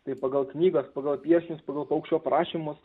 tai pagal knygas pagal piešinius pagal paukščio prašymus